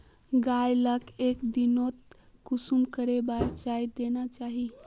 गाय लाक एक दिनोत कुंसम करे बार चारा देना चही?